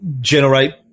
generate